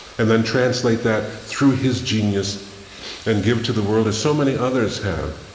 and then translate that through his genius and give to the world as so many others have.